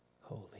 holy